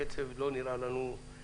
הקצב לא נראה לנו,